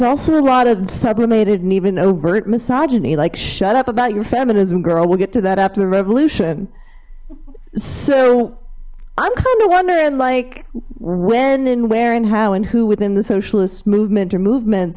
also a lot of sublimated and even overt misogyny like shut up about your feminism girl we'll get to that after the revolution so i'm kind of wondering like when and where and how and who within the socialist movement or movement